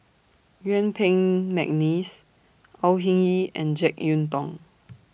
Yuen Peng Mcneice Au Hing Yee and Jek Yeun Thong